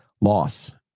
loss